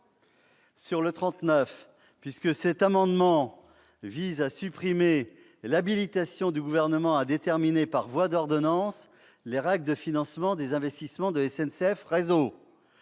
satisfaction ... Cet amendement vise à supprimer l'habilitation donnée au Gouvernement pour déterminer par voie d'ordonnance les règles de financement des investissements de SNCF Réseau.